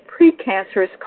precancerous